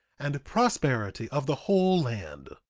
and prosperity of the whole land.